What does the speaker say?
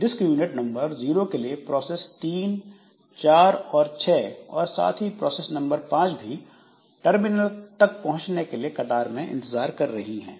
disc unit number zero के लिए process 3 4 और 6 और साथ ही प्रोसेस नंबर 5 भी टर्मिनल तक पहुंचने के लिए कतार में इंतजार कर रही है